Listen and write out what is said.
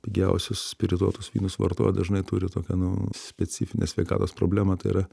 pigiausius spirituotus vynus vartoja dažnai turi tokią specifinę sveikatos problemą tai yra